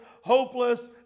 hopeless